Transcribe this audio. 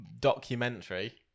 documentary